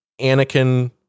Anakin